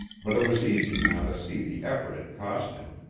but it was easy now to see the effort it cost him.